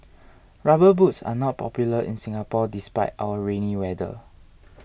rubber boots are not popular in Singapore despite our rainy weather